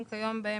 ברוך ה',